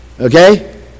okay